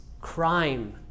crime